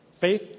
Faith